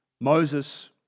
Moses